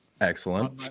excellent